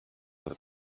the